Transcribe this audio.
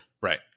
right